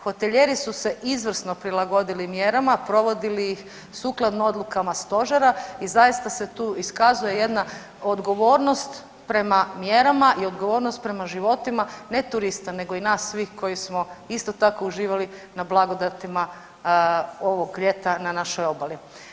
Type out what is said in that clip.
Hotelijeri su se izvrsno prilagodili mjerama, provodili ih sukladno odlukama Stožera i zaista se tu iskazuje jedna odgovornost prema mjerama i odgovornost prema životima ne turista nego i nas svih koji smo isto tako uživali na blagodatima ovog ljeta na našoj obali.